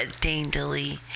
daintily